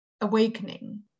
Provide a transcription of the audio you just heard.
awakening